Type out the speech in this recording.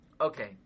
Okay